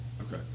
okay